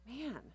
Man